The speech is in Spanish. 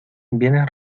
vienes